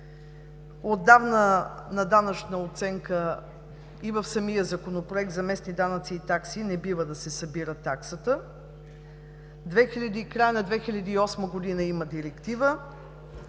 Отдавна на данъчна оценка, и в самия Законопроект за местни данъци и такси, не бива да се събира таксата. От края на 2008 г. има Директива